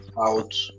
out